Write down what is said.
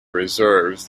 reserves